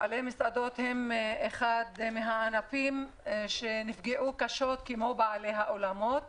בעלי המסעדות הם אחד מהענפים שנפגעו קשות כמו בעלי האולמות,